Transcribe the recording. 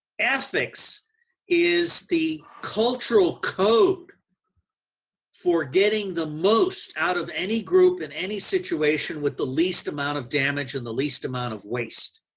ethics is the cultural code for getting the most out of any group in any situation with the least amount of damage and the least amount of waste.